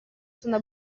sono